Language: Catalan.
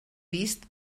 vist